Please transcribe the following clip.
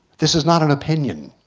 this is not an opinion.